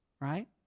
Right